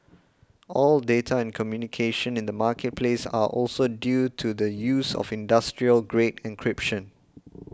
all data and communication in the marketplace are also due to the use of industrial grade encryption